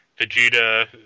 Vegeta